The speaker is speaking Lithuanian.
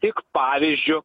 tik pavyzdžiu